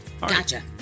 Gotcha